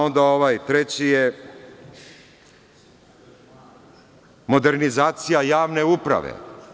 Onda, ovaj treći je modernizacija javne uprave.